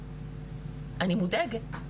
אני מודאגת,